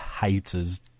haters